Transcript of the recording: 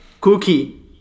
Cookie